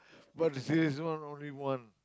but he say it's one only one